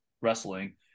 wrestling